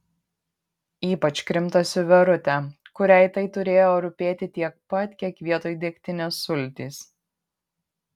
ypač krimtosi verutė kuriai tai turėjo rūpėti tiek pat kiek vietoj degtinės sultys